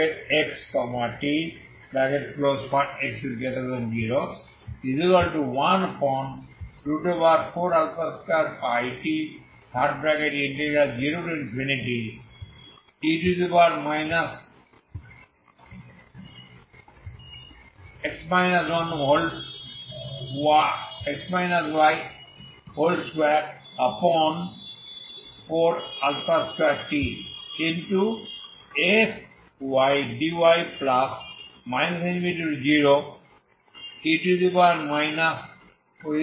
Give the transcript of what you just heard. x014α2πt0e 242tfdy ∞0e xy242tfdyহয়